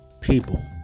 people